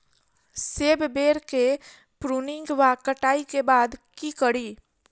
सेब बेर केँ प्रूनिंग वा कटाई केँ बाद की करि?